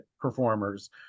performers